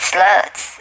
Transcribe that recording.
Sluts